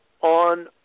on